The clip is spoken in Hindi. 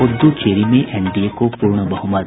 पुद्दुचेरी में एनडीए को पूर्ण बहुमत